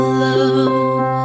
love